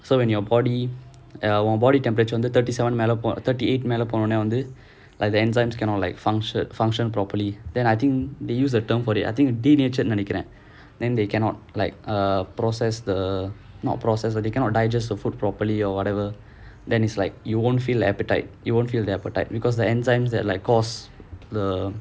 so when your body err your body temperature under thirty seven மேல:mela thirty eight மேல போனோனே:mela pononae like the enzymes cannot like function function properly then I think they use the term for it I think denature நெனைக்கிறேன்:nenaikkiraen and then they cannot like err process the not process they cannot digest your food properly or whatever then it's like you won't feel appetite you won't feel the appetite because the enzymes that like because the